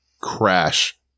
crash